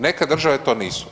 Neke države to nisu.